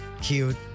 cute